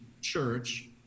church